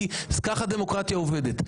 כי כך הדמוקרטיה עובדת.